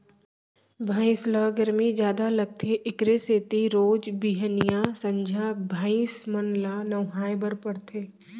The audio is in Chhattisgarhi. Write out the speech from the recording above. भइंस ल गरमी जादा लागथे एकरे सेती रोज बिहनियॉं, संझा भइंस मन ल नहवाए बर परथे